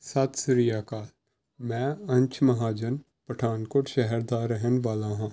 ਸਤਿ ਸ਼੍ਰੀ ਅਕਾਲ ਮੈਂ ਅੰਸ਼ ਮਹਾਜਨ ਪਠਾਨਕੋਟ ਸ਼ਹਿਰ ਦਾ ਰਹਿਣ ਵਾਲਾ ਹਾਂ